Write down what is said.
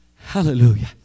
Hallelujah